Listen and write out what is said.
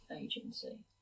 agency